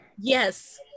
Yes